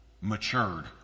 matured